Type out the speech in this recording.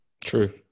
True